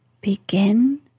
begin